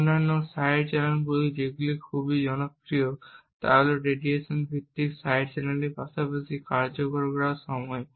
অন্যান্য সাইড চ্যানেলগুলি যেগুলি খুব জনপ্রিয় তা হল রেডিয়েশন ভিত্তিক সাইড চ্যানেলের পাশাপাশি কার্যকর করার সময়